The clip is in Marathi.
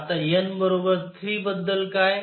आता n 3 बद्दल काय